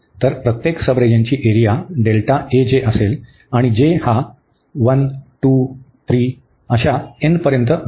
तर प्रत्येक सबरिजनची एरिया असेल आणि j हा 1 2 n पर्यंत असेल